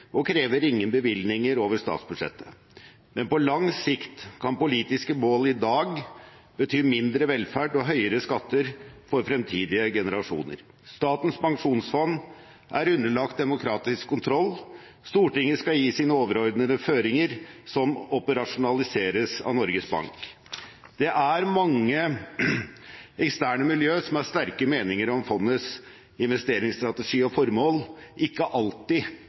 og krever ingen bevilgninger over statsbudsjettet. Men på lang sikt kan politiske mål i dag bety mindre velferd og høyere skatter for fremtidige generasjoner. Statens pensjonsfond er underlagt demokratisk kontroll. Stortinget skal gi sine overordnede føringer, som operasjonaliseres av Norges Bank. Det er mange eksterne miljø som har sterke meninger om fondets investeringsstrategi og formål, ikke alltid